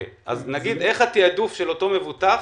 התעדוף של אותו מבוטח,